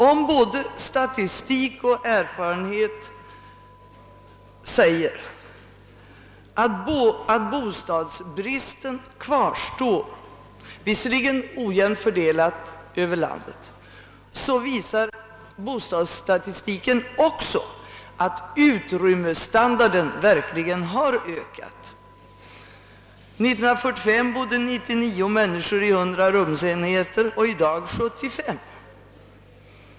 Om både statistik och erfarenhet säger att bostadsbristen kvarstår, visserligen ojämnt fördelad över landet, visar bostadsstatistiken också att utrymmesstandarden verkligen har ökat. År 1945 bodde 99 människor i 100 rumsenheter, i dag är siffran 75.